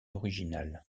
original